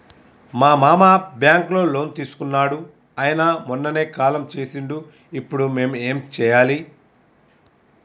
మా మామ బ్యాంక్ లో లోన్ తీసుకున్నడు అయిన మొన్ననే కాలం చేసిండు ఇప్పుడు మేం ఏం చేయాలి?